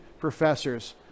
professors